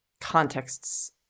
contexts